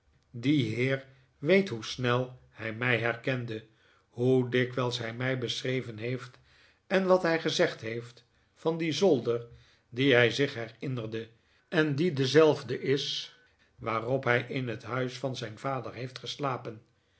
die heer weet hoe snel hij mij herkende hoe dikwijls hij mij beschreven heeft en wat hij gezegd heeft van dien zolder dien hij zich herinnerde en die dezelfde is waarop hij in het huis van zijn vader heeft geslapen